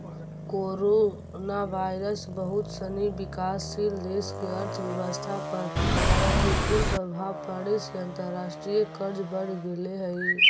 coronavirus बहुत सनी विकासशील देश के अर्थव्यवस्था पर प्रतिकूल प्रभाव पड़े से अंतर्राष्ट्रीय कर्ज बढ़ गेले हई